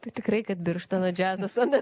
tai tikrai kad birštono džiazas o ne